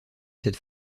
cette